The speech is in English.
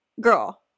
girl